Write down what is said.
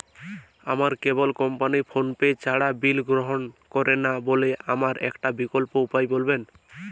আমার cable company PhonePe ছাড়া bill গ্রহণ করে না বলে আমার একটা বিকল্প উপায় বলবেন?